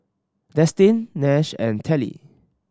Destin Nash and Telly